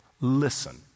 Listen